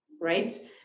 right